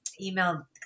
Email